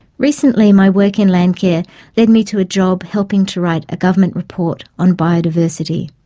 recently, my work in landcare led me to a job helping to write a government report on biodiversity.